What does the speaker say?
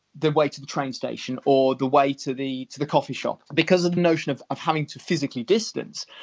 the way to the train station or the way to the to the coffee shop, because of the notion of of having to physically distance,